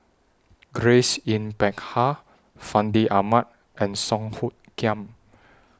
Grace Yin Peck Ha Fandi Ahmad and Song Hoot Kiam